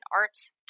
arts